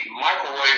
microwave